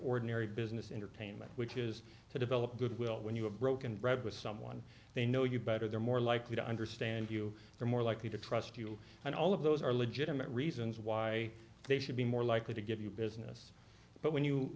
ordinary business entertainment which is to develop goodwill when you have broken bread with someone they know you better they're more likely to understand you they're more likely to trust you and all of those are legitimate reasons why they should be more likely to give you business but when you